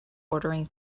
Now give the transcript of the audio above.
ordering